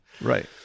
right